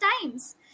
times